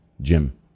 Jim